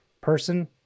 person